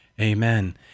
Amen